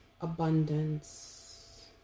abundance